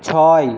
ছয়